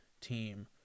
team